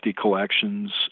collections